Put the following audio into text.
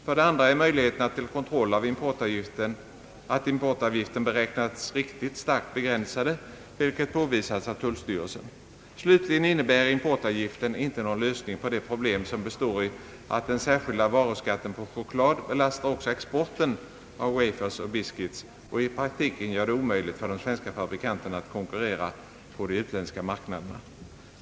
För det andra är möjligheterna till kontroll av att importavgiften beräknas riktigt starkt begränsade, vilket påvisats av tullstyrelsen. Slutligen innebär importavgiften inte någon lösning på det problem som består i att den särskilda varuskatten på choklad belastar också exporten av wafers och biscuits och i praktiken gör det omöjligt för de svenska fabri kanterna att konkurrera på de utländska marknaderna.